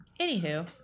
anywho